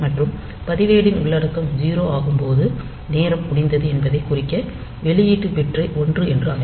மற்றும் பதிவேட்டின் உள்ளடக்கம் 0 ஆகும்போது நேரம் முடிந்தது என்பதைக் குறிக்க வெளியீட்டு பிட்டை ஒன்று என்று அமைக்கும்